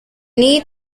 need